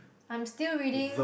I'm still reading